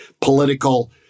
political